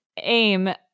aim